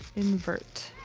invert.